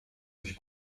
sich